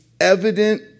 evident